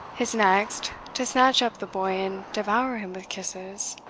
his next, to snatch up the boy and devour him with kisses.